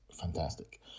fantastic